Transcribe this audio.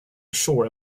ashore